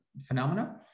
phenomena